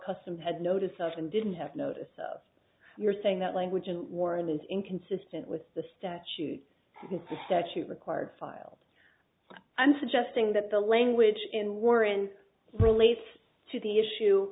custom had notice of and didn't have notice of your saying that language in warren is inconsistent with the statute the statute required filed and suggesting that the language in war in relates to the issue